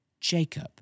Jacob